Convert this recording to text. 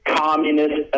communist